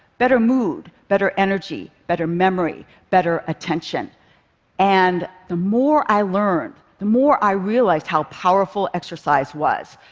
better mood, better energy, better memory, better attention and the more i learned, the more i realized how powerful exercise was.